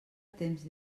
temps